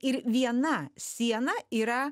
ir viena siena yra